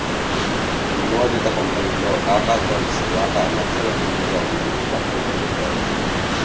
నమోదిత కంపెనీల్లో టాటాసన్స్ వాటా లక్షల కోట్లుగా ఉందని వార్తల్లో చెప్పారు